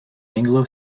anglo